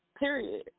Period